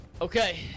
Okay